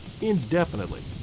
indefinitely